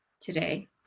today